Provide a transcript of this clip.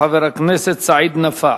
חבר הכנסת סעיד נפאע.